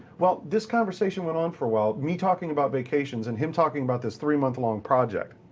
well, this conversation went on for a while, me talking about vacations, and him talking about this three month long project.